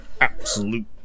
absolute